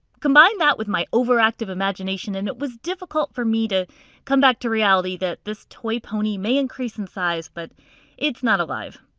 combine that with my overactive imagination and it was difficult for me to come back to reality that this toy pony may increase in size but it's not alive.